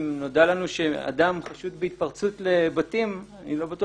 אם נודע לנו שאדם חשוד בהתפרצות לבתים לא בטוח